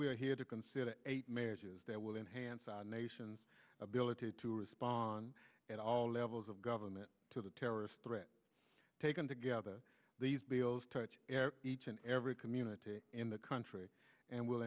are here to consider eight marriages that will enhance our nation's ability to respond at all levels of government to the terrorist threat taken together these bills touch air each and every community in the country and will